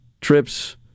trips